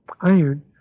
iron